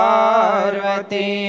Parvati